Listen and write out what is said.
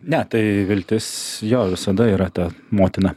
ne tai viltis jo visada yra ta motina